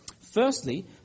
Firstly